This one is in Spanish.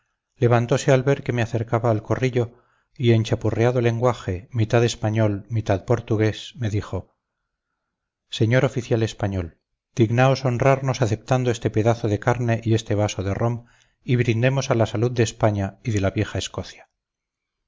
doncella levantose al ver que me acercaba al corrillo y en chapurreado lenguaje mitad español mitad portugués me dijo señor oficial español dignaos honrarnos aceptando este pedazo de carne y este vaso de rom y brindemos a la salud de españa y de la vieja escocia